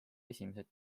esimesed